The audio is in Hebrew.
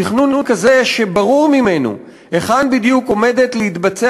תכנון כזה שברור ממנו היכן בדיוק עומדים להתבצע